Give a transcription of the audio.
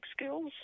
skills